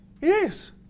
Yes